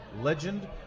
legend